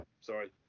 sorry